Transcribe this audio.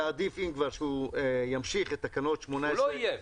היה עדיף שהוא ימשיך את תקנות --- הוא לא איים.